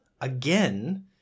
again